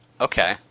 Okay